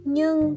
Nhưng